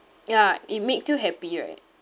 ya it makes you happy right